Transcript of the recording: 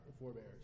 forebears